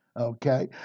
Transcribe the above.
okay